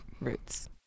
roots